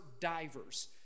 divers